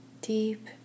deep